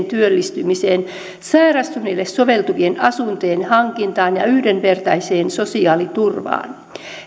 työllistymiseen sairastuneille soveltuvien asuntojen hankintaan ja yhdenvertaiseen sosiaaliturvaan